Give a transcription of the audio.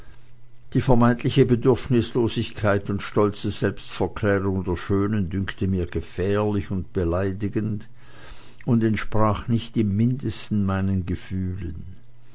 die vermeintliche bedürfnislosigkeit und stolze selbstverklärung der schönen dünkte mir gefährlich und beleidigend und entsprach nicht im mindesten meinen gefühlen